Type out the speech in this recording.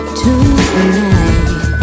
tonight